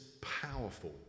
powerful